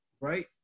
right